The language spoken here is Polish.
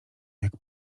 jak